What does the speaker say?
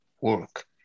work